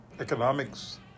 economics